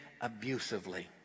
abusively